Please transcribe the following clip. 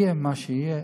יהיה מה שיהיה,